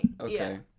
Okay